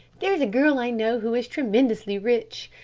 there's a girl i know who is tremendously rich,